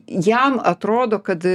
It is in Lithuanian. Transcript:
jam atrodo kad